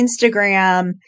Instagram